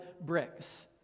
bricks